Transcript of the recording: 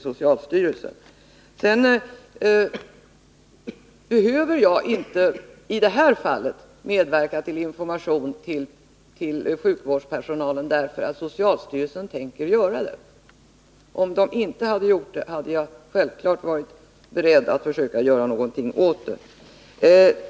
Jag behöver inte i det här fallet medverka till att information ges till sjukvårdspersonalen, eftersom socialstyrelsen tänker göra det. Om socialstyrelsen inte hade gjort det, hade jag självfallet varit beredd att försöka göra någonting åt saken.